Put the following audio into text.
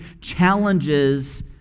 challenges